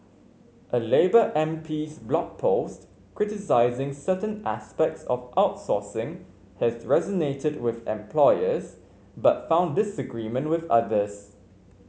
a labour MP's Blog Post criticising certain aspects of outsourcing has resonated with employers but found disagreement with others